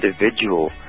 individual